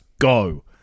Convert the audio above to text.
go